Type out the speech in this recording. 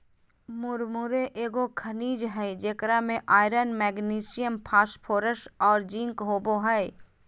मुरमुरे एगो खनिज हइ जेकरा में आयरन, मैग्नीशियम, फास्फोरस और जिंक होबो हइ